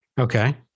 Okay